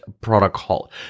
protocol